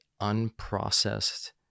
unprocessed